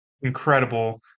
incredible